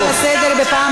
אתה נכשלת בזה,